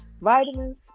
Vitamins